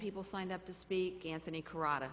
people signed up to speak anthony kara